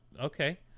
okay